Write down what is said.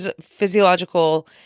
physiological